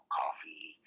coffee